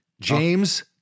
James